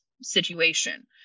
situation